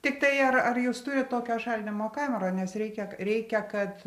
tiktai ar ar jūs turit tokią šaldymo kamerą nes reikia reikia kad